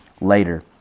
later